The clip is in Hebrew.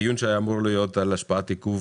הדיון שהיה אמור להיות על השפעת עיכוב